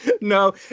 No